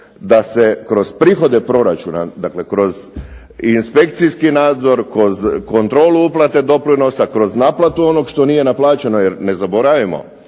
da se kroz prihode proračuna, dakle kroz i inspekcijski nadzor, kontrolu uplate doprinosa, kroz naplatu onog što nije naplaćeno. Jer ne zaboravimo